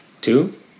Two